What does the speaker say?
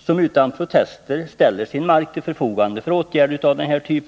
ställer utan protester sin mark till förfogande för åtgärder av denna typ.